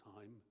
time